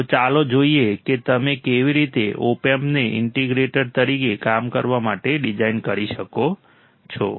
તો ચાલો જોઈએ કે તમે કેવી રીતે ઓપ એમ્પને ઈન્ટિગ્રેટર તરીકે કામ કરવા માટે ડિઝાઇન કરી શકો છો